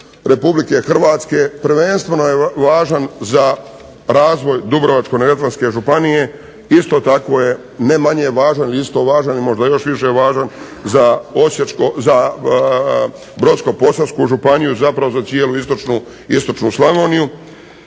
RH, prvenstveno je važan za razvoj Dubrovačko-neretvanske županije. Isto tako je ne manje važan, isto važan i možda još više važan za Brodsko-posavsku županiju, zapravo za cijelu istočnu Slavoniju.